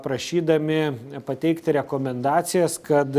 prašydami pateikti rekomendacijas kad